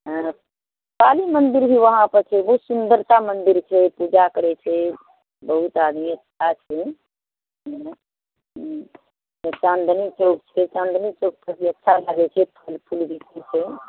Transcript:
हँ काली मन्दिर भी वहाँ पर छै बहुत सुन्दरता मंदिर छै पूजा करै छै बहुत आदमी अच्छा छै हूँ हूँ चाँदनी चौक छै चाँदनी चौक पर भी अच्छा लागै छै फल फूल बिकैत छै